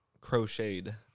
crocheted